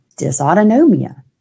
dysautonomia